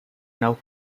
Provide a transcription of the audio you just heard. now